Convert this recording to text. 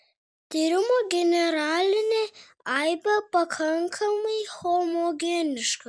tyrimo generalinė aibė pakankamai homogeniška